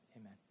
amen